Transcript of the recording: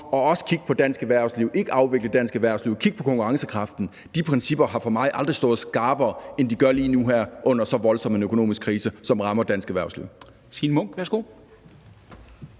om også at kigge på dansk erhvervsliv og ikke afvikle dansk erhvervsliv og kigge på konkurrencekraften, har aldrig stået skarpere, end det gør lige nu under så voldsom en økonomisk krise som den, der rammer dansk erhvervsliv.